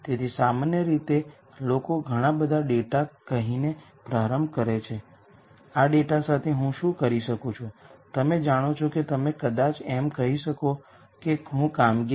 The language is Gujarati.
તેથી સામાન્ય મેટ્રિક્સ માટે તમારી પાસે આઇગન વૅલ્યુઝ હોઈ શકે છે જે રીયલ અથવા કોમ્પ્લેક્સ છે